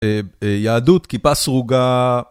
יהדות, כיפה סרוגה.